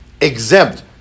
exempt